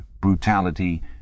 brutality